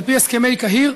על פי הסכמי קהיר,